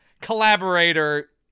collaborator